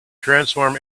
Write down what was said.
transform